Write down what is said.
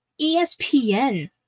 ESPN